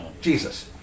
Jesus